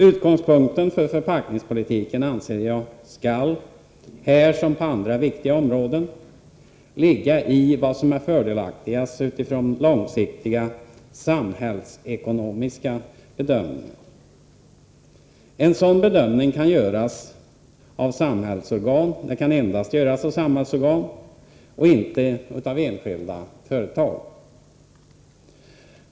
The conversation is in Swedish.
Utgångspunkten för förpackningspolitiken anser jag skall, här som på andra viktiga områden, vara vad som är fördelaktigast utifrån långsiktiga samhällsekonomiska bedömningar. En sådan bedömning kan endast göras av samhällsorgan och inte av enskilda företag.